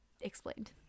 explained